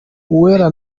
uwera